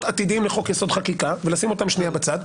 עתידיים לחוק יסוד: חקיקה ולשים אותם שנייה בצד,